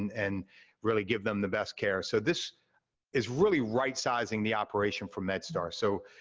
and really give them the best care. so this is really right sizing the operation for medstar, so,